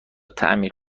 تعمیر